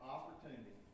Opportunity